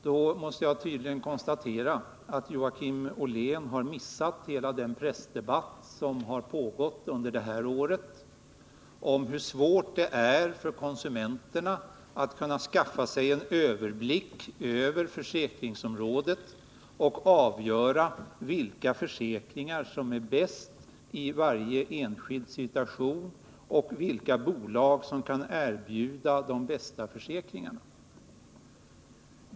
Då måste jag tydligen konstatera att Joakim Ollén har missat hela den pressdebatt som har pågått under det här året om hur svårt det är för konsumenterna att skaffa sig överblick över försäkringsom 33 rådet och avgöra vilka försäkringar som är bäst i varje enskild situation och vilka bolag som kan erbjuda de bästa försäkringarna.